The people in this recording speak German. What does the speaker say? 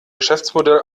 geschäftsmodell